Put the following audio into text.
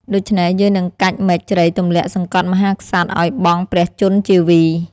ដូច្នេះ យើងនឹងកាច់មែកជ្រៃទម្លាក់សង្កត់មហាក្សត្រឱ្យបង់ព្រះជន្មជីវី។